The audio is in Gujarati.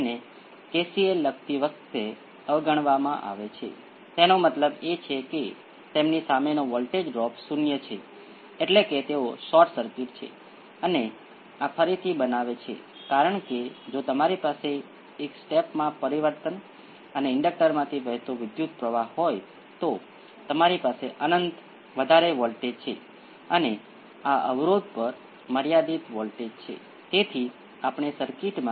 તેથી આ તમને ખ્યાલ આપે છે કે આ કિસ્સામાં ઉકેલ A 1 A 2 t exponential p 1 t સ્વરૂપનો છે ત્યાં માત્ર એક p 1 p 2 સમાન છે p 1 બીજા કિસ્સામાં તે A 1 exponential p 1 t A 2 exponential p 2 t છે